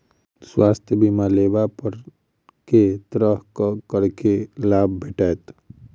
स्वास्थ्य बीमा लेबा पर केँ तरहक करके लाभ भेटत?